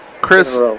Chris